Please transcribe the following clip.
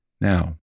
Now